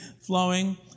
flowing